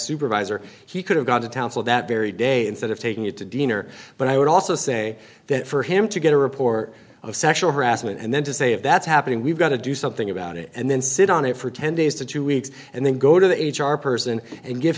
supervisor he could have gone to town for that very day instead of taking it to dinner but i would also say that for him to get a report of sexual harassment and then to say if that's happening we've got to do something about it and then sit on it for ten days to two weeks and then go to the h r person and give